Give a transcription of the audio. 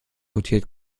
rotiert